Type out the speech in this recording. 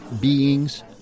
beings